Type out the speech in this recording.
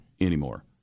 anymore